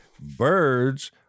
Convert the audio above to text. birds